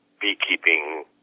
beekeeping